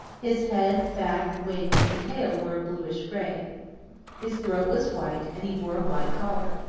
his head, back, wings and tail were a bluish-gray. his throat was white and he wore a white collar.